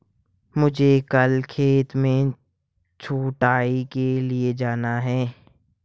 मुझे कल खेत में छटाई के लिए जाना है